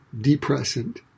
depressant